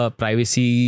privacy